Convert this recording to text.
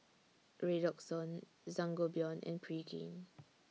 Redoxon Sangobion and Pregain